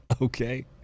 Okay